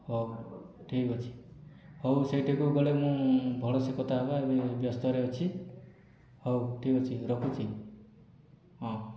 ହେଉ ଠିକ୍ ଅଛି ହେଉ ସେଇଠିକୁ ଗଲେ ମୁଁ ଭଲସେ କଥା ହେବା ଏବେ ବ୍ୟସ୍ତରେ ଅଛି ହେଉ ଠିକ୍ ଅଛି ରଖୁଛି ହଁ